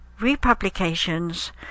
republications